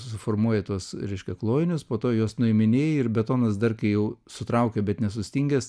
susiformuoji tuos reiškia klojinius po to juos nuiminėji ir betonas dar kai jau sutraukia bet nesustingęs